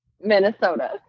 Minnesota